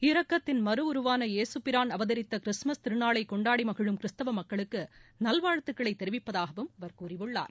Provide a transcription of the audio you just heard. இரக்கத்தின் மறு உருவான ஏசுபிரான் அவதரித்த கிறிஸ்துமஸ் திருநாளை கொண்டாடி மகிழும் கிறிஸ்தவ மக்களுக்கு நல்வாழ்த்துக்களை தெரிவிப்பதாகவும் அவர் கூறியுள்ளார்